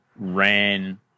ran